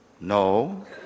No